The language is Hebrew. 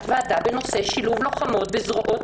תת-ועדה בנושא שילוב לוחמות בזרועות